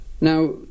Now